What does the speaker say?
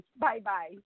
Bye-bye